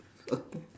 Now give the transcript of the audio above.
okay